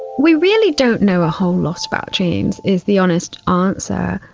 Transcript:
we really don't know a whole lot about dreams is the honest ah answer.